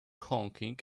honking